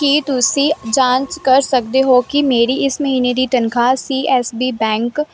ਕੀ ਤੁਸੀਂਂ ਜਾਂਚ ਕਰ ਸਕਦੇ ਹੋ ਕਿ ਮੇਰੀ ਇਸ ਮਹੀਨੇ ਦੀ ਤਨਖਾਹ ਸੀ ਐਸ ਬੀ ਬੈਂਕ